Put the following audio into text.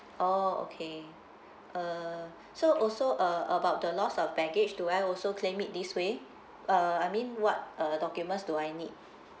oh okay uh so also uh about the lost of baggage do I also claim it this way uh I mean what uh documents do I need